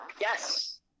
Yes